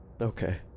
Okay